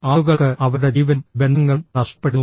ആളുകൾക്ക് അവരുടെ ജീവനും ബന്ധങ്ങളും നഷ്ടപ്പെടുന്നു